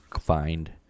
find